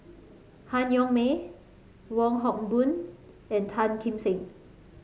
Han Yong May Wong Hock Boon and Tan Kim Seng